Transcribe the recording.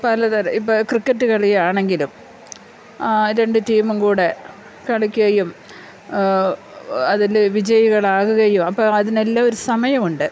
പലതരം ഇപ്പം ക്രിക്കറ്റ് കളിയാണെങ്കിലും രണ്ട് ടീമും കൂടെ കളിക്കുകയും അതിൽ വിജയികളാകുകയും അപ്പം അതിനെല്ലാം ഒരു സമയമുണ്ട്